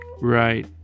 Right